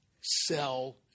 sell